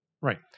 Right